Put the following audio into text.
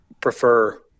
prefer